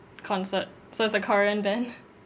concert so it's a korean band